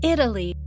Italy